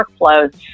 workflows